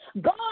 God